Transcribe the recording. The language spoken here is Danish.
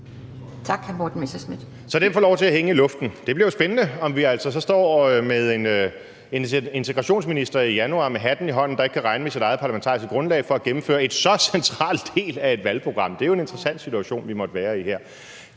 Så den får lov til at hænge i luften. Det bliver spændende, om vi så står med en integrationsminister i januar med hatten i hånden, der ikke kan regne med sit eget parlamentariske grundlag for at gennemføre en så central del af et valgprogram. Det er jo en interessant situation, vi måtte være i her.